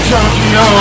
Tokyo